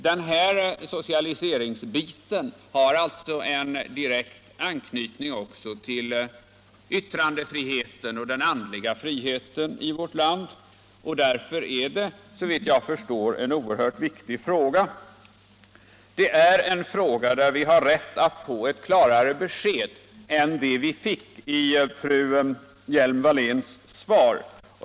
Den socialiseringsbit det här gäller har alltså direkt anknytning också till yttrandefriheten och den andliga friheten i vårt land. Därför är detta en oerhört viktig fråga. Det är en fråga där vi har rätt att få ett klarare besked än det vi fick i fru Hjelm-Walléns svar.